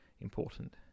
important